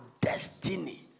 Destiny